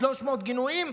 300 גינויים,